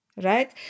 right